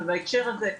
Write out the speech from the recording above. בהקשר הזה,